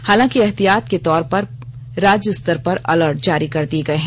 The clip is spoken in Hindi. हालांकि एहतियात के तौर पर राज्य स्तर पर अलर्ट जारी कर दिए गए हैं